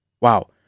Wow